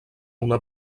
una